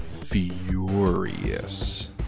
furious